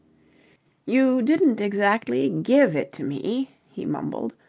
you didn't exactly give it to me, he mumbled.